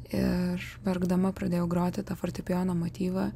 ir verkdama pradėjau groti tą fortepijono motyvą